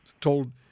told